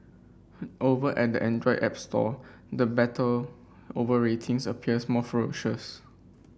over at the Android app store the battle over ratings appears more ferocious